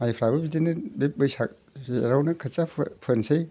माइफ्राबो बिदिनो बे बैसाग जेथावनो खोथिया फोनोसै